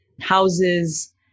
houses